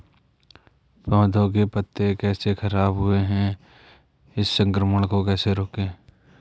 पौधों के पत्ते कैसे खराब हुए हैं इस संक्रमण को कैसे रोकें?